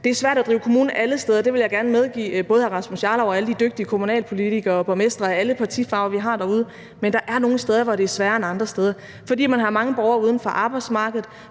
Det er svært at drive kommune alle steder – det vil jeg gerne medgive både hr. Rasmus Jarlov og alle de dygtige kommunalpolitikere og borgmestre af alle partifarver, vi har derude. Men der er nogle steder, hvor det er sværere end andre steder, fordi man har mange borgere uden for arbejdsmarkedet;